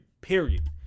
Period